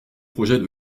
projet